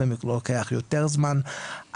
לפעמים לוקח יותר זמן.